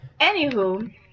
Anywho